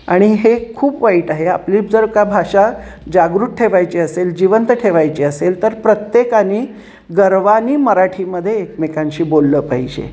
आणि हे खूप वाईट आहे आपली जर का भाषा जागृत ठेवायची असेल जिवंत ठेवायची असेल तर प्रत्येकानी गर्वांनी मराठीमध्ये एकमेकांशी बोललं पाहिजे